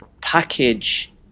package